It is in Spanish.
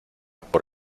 por